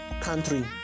country